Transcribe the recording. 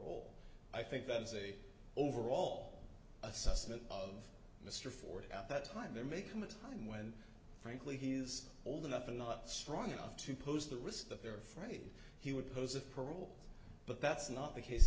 role i think that is a overall assessment of mr ford at that time there may come a time when frankly he is old enough i'm not strong enough to pose the risk that they're afraid he would pose a parole but that's not the case